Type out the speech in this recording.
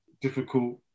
difficult